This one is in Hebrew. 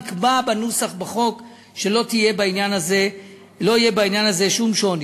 נקבע בנוסח בחוק שלא יהיה בעניין הזה שום שוני.